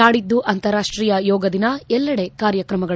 ನಾಡಿದ್ದು ಅಂತಾರಾಷ್ಟೀಯ ಯೋಗ ದಿನ ಎಲ್ಲೆಡೆ ಕಾರ್ಯಕ್ರಮಗಳು